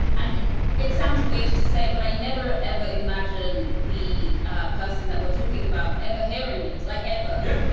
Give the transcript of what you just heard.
and it sounds weird to say, but i never, ever imagined the ah person that we're talking about ever hearing it, like ever. yeah.